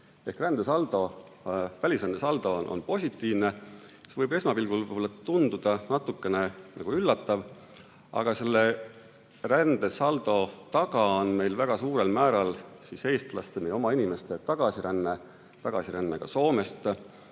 välisrände saldo on positiivne. See võib esmapilgul tunduda natukene üllatav, aga selle rändesaldo taga on meil väga suurel määral eestlaste ehk meie oma inimeste tagasiränne, ka Soomest.